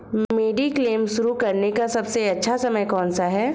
Mediclaim शुरू करने का सबसे अच्छा समय कौनसा है?